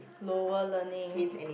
lower learning